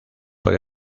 por